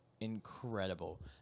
Incredible